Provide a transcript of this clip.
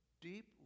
deep